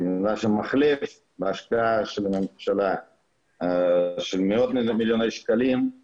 שם נבנה מחלף בהשקעה של מאות מיליוני שקלים על ידי הממשלה,